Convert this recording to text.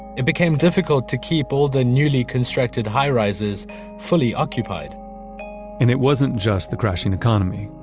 it became difficult to keep all the newly constructed high rises fully occupied and it wasn't just the crashing economy.